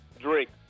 drink